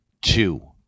two